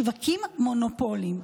שווקים מונופוליים.